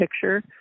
picture